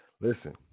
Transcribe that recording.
Listen